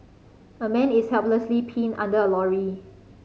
a man is helplessly pinned under a lorry